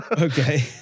Okay